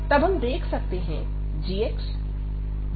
तब हम देख सकते हैं g 0